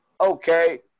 Okay